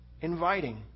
inviting